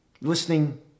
listening